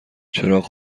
چراغ